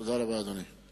תודה רבה, אדוני.